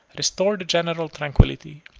restored the general tranquillity,